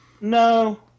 No